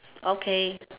okay